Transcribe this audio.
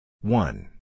One